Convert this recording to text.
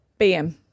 BM